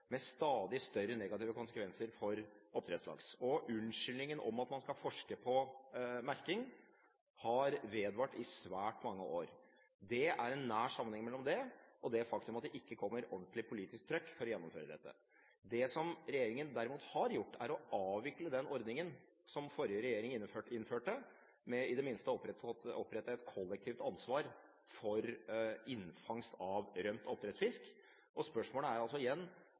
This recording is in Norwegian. med stadig større negative konsekvenser for villaksen. Også unnskyldningen om at man skal forske på merking, har vedvart i svært mange år. Det er en nær sammenheng mellom dette og det faktum at det ikke kommer ordentlig politisk trykk for å gjennomføre dette. Det regjeringen derimot har gjort, er å avvikle den ordningen som forrige regjering innførte, med i det minste å opprette et kollektivt ansvar for innfangst av rømt oppdrettsfisk. Spørsmålet er igjen: